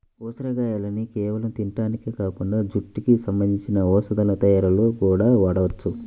ఉసిరిగాయల్ని కేవలం తింటానికే కాకుండా జుట్టుకి సంబంధించిన ఔషధాల తయ్యారీలో గూడా వాడొచ్చు